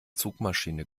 zugmaschine